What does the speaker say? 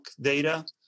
data